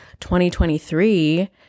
2023